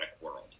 world